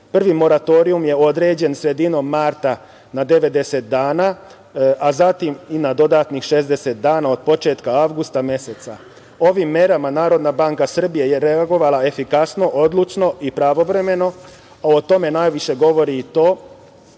Prvi moratorijum je određen sredinom marta na 90 dana, a zatim i na dodatnih 60 dana od početka avgusta meseca. Ovim merama Narodna banka Srbije je reagovala efikasno, odlučno i pravovremeno, a o tome najviše govori i to